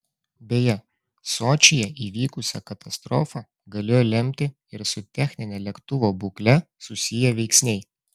beje sočyje įvykusią katastrofą galėjo lemti ir su technine lėktuvo būkle susiję veiksniai